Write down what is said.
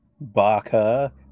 Baka